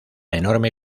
enorme